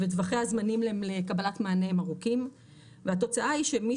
וטווחי הזמנים לקבלת מענה הם ארוכים והתוצאה היא שמי